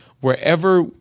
wherever